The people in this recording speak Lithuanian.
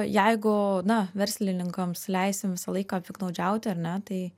jeigu na verslininkams leisim visą laiką piktnaudžiauti ar ne tai